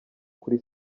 kuri